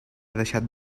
deixat